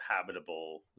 habitable